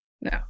no